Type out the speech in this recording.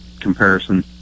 comparison